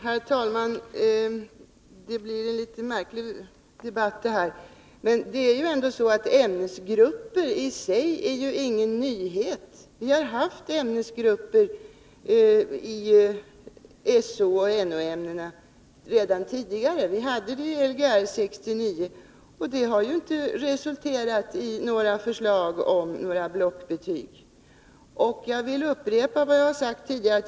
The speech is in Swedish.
Herr talman! Den här debatten börjar bli litet märklig. Det är ju ändå så att ämnesgrupper i sig inte är någon nyhet. Vi har haft ämnesgrupper i Sooch No-ämnena redan tidigare. Vi hade sådana i Lgr 69, och det har ju inte resulterat i några förslag beträffande blockbetyg. Jag vill upprepa vad jag har sagt tidigare.